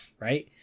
right